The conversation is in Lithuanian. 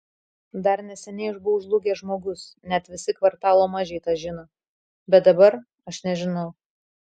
dar neseniai aš buvau žlugęs žmogus net visi kvartalo mažiai tą žino bet dabar aš nežinau